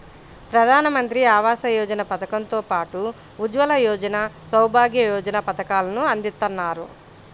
ప్రధానమంత్రి ఆవాస యోజన పథకం తో పాటు ఉజ్వల యోజన, సౌభాగ్య యోజన పథకాలను అందిత్తన్నారు